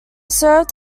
served